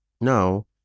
now